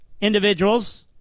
individuals